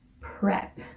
prep